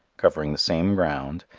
covering the same ground,